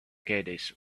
caddies